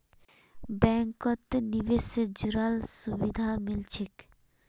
बैंकत निवेश से जुराल सुभिधा मिल छेक